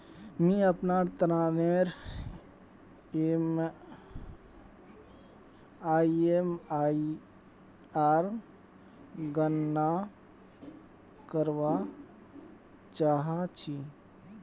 मि अपनार ऋणनेर ईएमआईर गणना करवा चहा छी